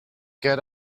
get